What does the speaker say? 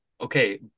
Okay